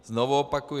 Znovu opakuji.